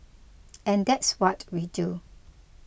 and that's what we do